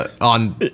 on